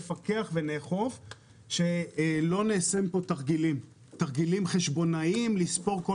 נפקח ונאכוף כדי שלא נעשה פה תרגילים חשבונאיים לספור כל